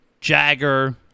Jagger